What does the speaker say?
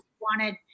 wanted